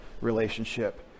relationship